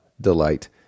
delight